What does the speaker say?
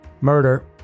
Murder